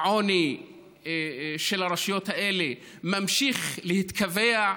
העוני של הרשויות האלה ממשיך להתקבע,